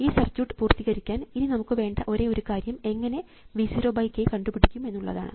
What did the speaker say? ഈ സർക്യൂട്ട് പൂർത്തീകരിക്കാൻ ഇനി നമുക്കു വേണ്ട ഒരേ ഒരു കാര്യം എങ്ങനെ V 0 k കണ്ടുപിടിക്കും എന്നുള്ളതാണ്